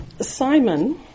Simon